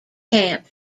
camps